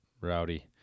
rowdy